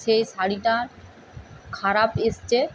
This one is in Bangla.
সেই শাড়িটা খারাপ এসেছে